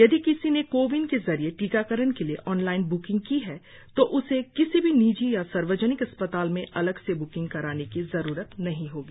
यदि किसी ने को विन के जरिए टीकाकरण के लिए ऑनलाइन ब्किंग की है तो उसे किसी भी निजी या सार्वजनिक अस्पताल में अलग से ब्किंग कराने की जरूरत नहीं होगी